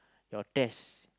your test